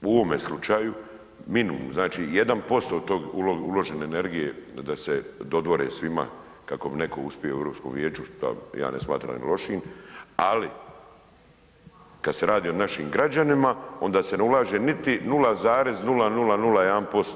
U ovome slučaju minimum, znači 1% te uložene energije da se dodvore svima kako bi netko uspio u Europskom vijeću, šta ja ne smatram ni lošim ali kada se radi o našim građanima onda se ne ulaže niti 0,0001%